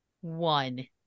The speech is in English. One